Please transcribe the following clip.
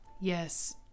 Yes